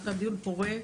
היה כאן דיון פורה,